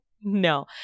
No